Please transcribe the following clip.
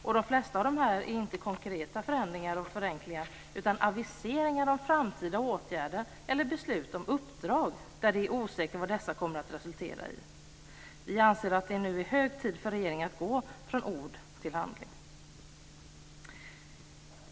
Och de flesta av dessa är inte konkreta förändringar och förenklingar utan aviseringar av framtida åtgärder eller beslut om uppdrag där det är osäkert vad dessa kommer att resultera i. Vi anser att det nu är hög tid för regeringen att gå från ord till handling.